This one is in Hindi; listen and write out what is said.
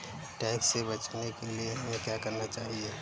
टैक्स से बचने के लिए हमें क्या करना चाहिए?